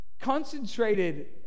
concentrated